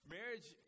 Marriage